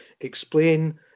explain